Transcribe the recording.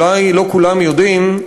אולי לא כולם יודעים,